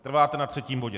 Trváte na třetím bodě.